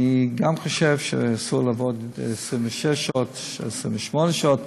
אני גם חושב שאסור לעבוד 26 שעות, 28 שעות,